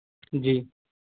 जी